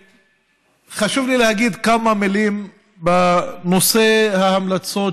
וחשוב לי להגיד כמה מילים בנושא ההמלצות,